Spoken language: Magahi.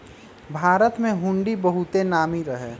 भारत में हुंडी बहुते नामी रहै